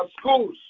schools